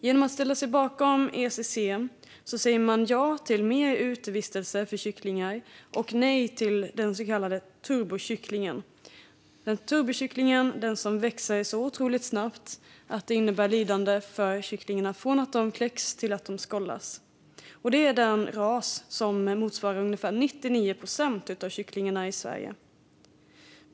Genom att ställa sig bakom ECC säger man ja till mer utevistelse för kycklingar och nej till den så kallade turbokycklingen, som växer så otroligt snabbt att det innebär lidande för kycklingarna från det att de kläcks till dess att de skållas. Denna ras utgör ungefär 99 procent av kycklingarna i Sverige.